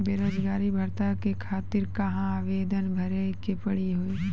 बेरोजगारी भत्ता के खातिर कहां आवेदन भरे के पड़ी हो?